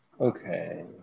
Okay